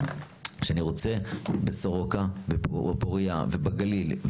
שאני רוצה בסורוקה או פוריה ובגליל.